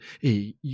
Hey